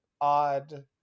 odd